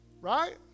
right